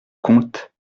comte